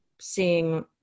seeing